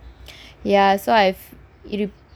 ya so I have it